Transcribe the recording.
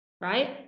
right